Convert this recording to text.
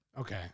okay